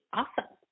awesome